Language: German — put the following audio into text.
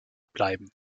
bleiben